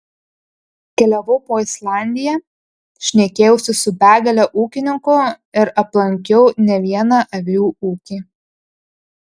keliavau po islandiją šnekėjausi su begale ūkininkų ir aplankiau ne vieną avių ūkį